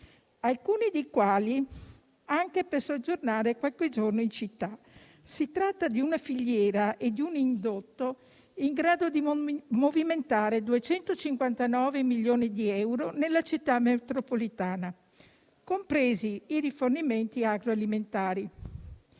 alcuni dei quali anche per soggiornare qualche giorno in città. Si tratta di una filiera e di un indotto in grado di movimentare 259 milioni di euro nella città metropolitana, compresi i rifornimenti agroalimentari.